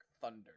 Thunder